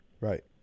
Right